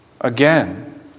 again